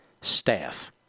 staff